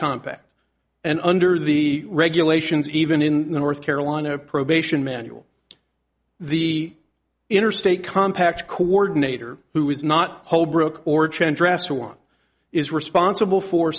compact and under the regulations even in the north carolina probation manual the interstate compact coordinator who is not holbrooke or trent dresser one is responsible for